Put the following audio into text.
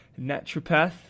naturopath